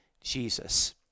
Jesus